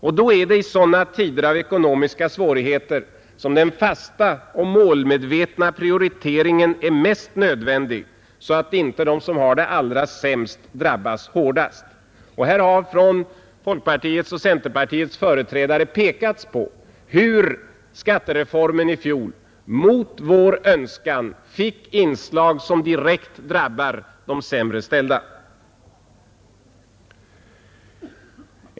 Och då är det i sådana tider av ekonomiska svårigheter som den fasta och målmedvetna prioriteringen är mest nödvändig, så att inte de som har det allra sämst drabbas hårdast. Här har också från folkpartiets och centerpartiets företrädare pekats på hur skattereformen i fjol mot vår önskan fick inslag som direkt drabbar de sämre ställda.